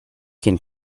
can